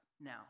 now